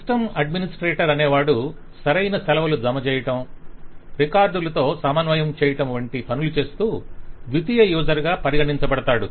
system administrator అనేవాడు సరైన సెలవులు జమచేయటం రికార్డులతో సమన్వయం చేయటం వంటి పనులు చేస్తూ ద్వితీయ యూసర్ గా పరిగణించబడతాడు